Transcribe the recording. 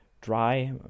dry